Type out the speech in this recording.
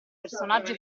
personaggi